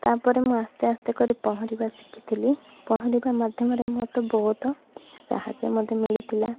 ତା'ପରେ ମୁଁ ଆସ୍ତେ ଆସ୍ତେ କରି ପହଁରିବା ଶିଖିଥିଲି ପହଁରିବା ମାଧ୍ୟମରେ ମୋତେ ବହୁତ ସାହାଯ୍ୟ ମଧ୍ୟ ମିଳିଥିଲା